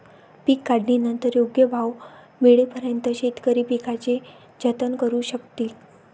पीक काढणीनंतर योग्य भाव मिळेपर्यंत शेतकरी पिकाचे जतन करू शकतील